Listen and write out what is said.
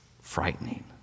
frightening